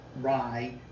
rye